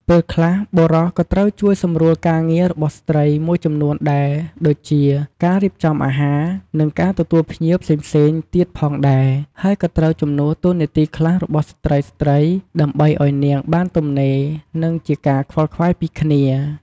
ពេលខ្លះបុរសក៏ត្រូវជួយសម្រួលការងាររបស់ស្ត្រីមួយចំនួនដែលដូចជា ការរៀបចំអាហារ និងការទទួលភ្ញៀវផ្សេងៗទៀតផងដែរ ហើយក៏ត្រូវជំនួសតួនាទីខ្លះរបស់ស្រ្តី ដើម្បីឲ្យនាងបានទំនេរ និងជាការខ្វល់ខ្វាយពីគ្នា។